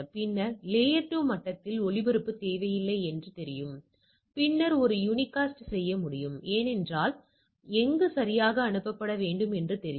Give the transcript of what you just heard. பின்னர் லேயர்2 மட்டத்தில் ஒளிபரப்பு தேவையில்லை என்று தெரியும் பின்னர் ஒரு யூனிகாஸ்ட் செய்ய முடியும் ஏனென்றால் எங்கு சரியாக அனுப்பப்பட வேண்டும் என்று தெரியும்